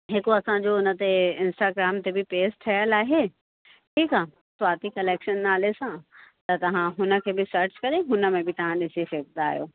हिकु असांजो हुन ते इंस्टाग्राम ते बि पेज ठहियल आहे ठीकु आहे स्वाती कलैक्शन नाले सां त तव्हां हुन खे बि सर्च करे हुन में बि तव्हां ॾिसी सघंदा आहियो